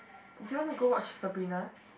do you want to go watch Sabrina